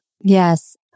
Yes